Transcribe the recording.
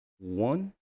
one